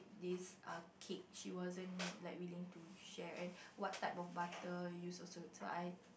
this ah cake she wasn't like willing to share and what type of butter use also so I